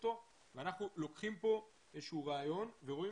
ואנחנו לוקחים פה איזה שהוא רעיון ורואים